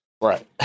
Right